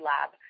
Lab